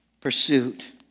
pursuit